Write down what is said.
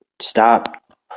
stop